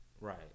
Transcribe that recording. right